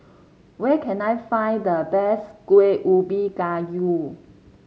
where can I find the best Kuih Ubi Kayu